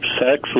sex